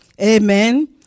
Amen